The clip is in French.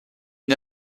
une